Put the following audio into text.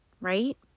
right